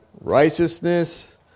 Righteousness